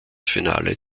finale